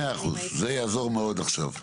מאה אחוז, זה יעזור מאוד עכשיו.